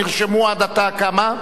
נרשמו עד עתה כמה?